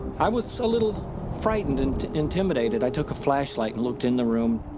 i was a little frightened and intimidated. i took a flashlight and looked in the room.